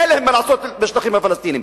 אין להם מה לעשות בשטחים הפלסטיניים.